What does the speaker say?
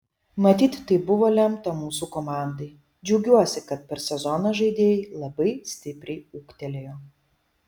matyt taip buvo lemta mūsų komandai džiaugiuosi kad per sezoną žaidėjai labai stipriai ūgtelėjo